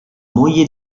moglie